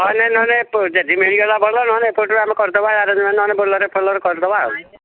ହଁ ନହେଲେ ଯଦି ମିଳିଗଲା ଭଲ ନହେଲେ ଏପଟରୁ ଆମେ କରିଦେବା ଆାରେଞ୍ଜ୍ ନହେଲେ ବୋଲେରୋ ଫୋଲୋରୋ କରିଦେବା ଆଉ